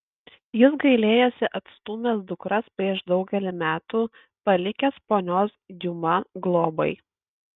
jis gailėjosi atstūmęs dukras prieš daugelį metų palikęs ponios diuma globai